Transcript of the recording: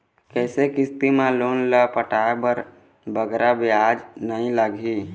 कइसे किस्त मा लोन ला पटाए बर बगरा ब्याज नहीं लगही?